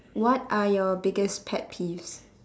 what are your biggest pet peeves